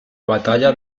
batalla